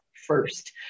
first